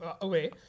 away